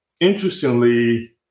interestingly